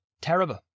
Terrible